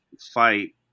fight